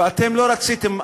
ואתם לא רציתם,